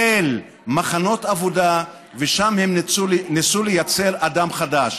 אל מחנות עבודה ושם הם ניסו לייצר אדם חדש.